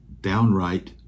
downright